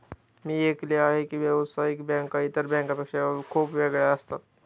मी ऐकले आहे की व्यावसायिक बँका इतर बँकांपेक्षा खूप वेगळ्या असतात